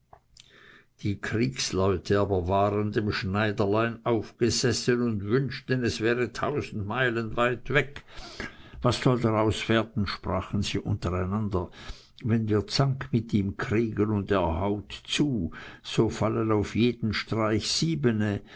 die kriegsleute aber waren dem schneiderlein aufgesessen und wünschten es wäre tausend meilen weit weg was soll daraus werden sprachen sie untereinander wenn wir zank mit ihm kriegen und er haut zu so fallen auf jeden streich siebene